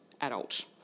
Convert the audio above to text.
adult